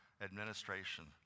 administration